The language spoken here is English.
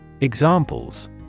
Examples